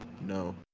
No